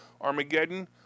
Armageddon